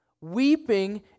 weeping